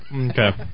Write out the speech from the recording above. Okay